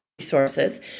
resources